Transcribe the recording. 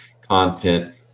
content